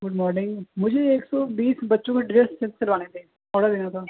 good morning مجھے ایک سو بیس بچوں کے ڈریس سلوانے تھے آڈر دینا تھا